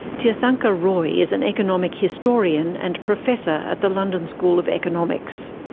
tirthankar roy is an economic historian and professor at the london school of economics.